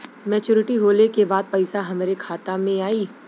Maturity होले के बाद पैसा हमरे खाता में आई?